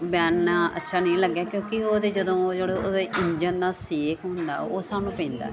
ਬਹਿਨਾ ਅੱਛਾ ਨਹੀਂ ਲੱਗਿਆ ਕਿਉਂਕਿ ਉਹਦੇ ਜਦੋਂ ਜਦੋਂ ਉਹਦੇ ਇੰਜਣ ਦਾ ਸੇਕ ਹੁੰਦਾ ਉਹ ਸਾਨੂੰ ਪੈਂਦਾ